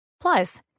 Plus